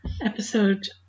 Episode